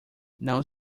não